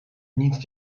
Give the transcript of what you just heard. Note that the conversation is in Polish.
nic